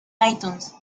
itunes